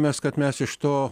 mes kad mes iš to